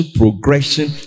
progression